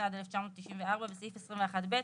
התשנ"ד-1994 ,בסעיף 21ב,